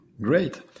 Great